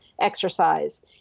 exercise